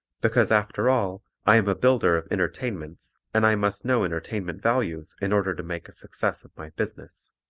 because after all i am a builder of entertainments and i must know entertainment values in order to make a success of my business.